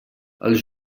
els